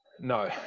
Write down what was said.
No